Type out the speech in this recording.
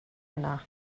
yna